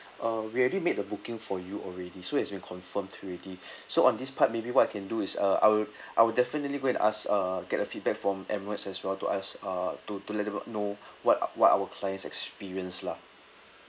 uh we already made the booking for you already so it's been confirmed already so on this part maybe what I can do is uh I will I will definitely go and ask uh get a feedback from emirates as well to ask uh to to let them know what what our clients experienced lah